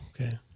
okay